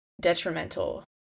detrimental